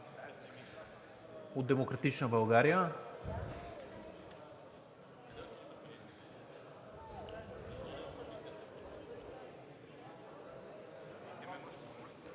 От „Демократична България“.